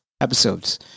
episodes